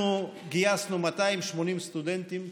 אנחנו גייסנו 280 סטודנטים כתגבור.